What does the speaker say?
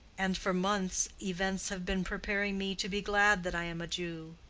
and for months events have been preparing me to be glad that i am a jew,